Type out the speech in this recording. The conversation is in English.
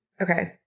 Okay